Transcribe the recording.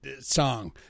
song